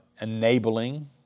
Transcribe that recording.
enabling